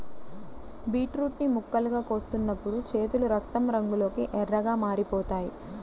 beetroot ని ముక్కలుగా కోస్తున్నప్పుడు చేతులు రక్తం రంగులోకి ఎర్రగా మారిపోతాయి